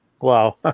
Wow